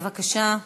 בבקשה,